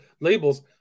labels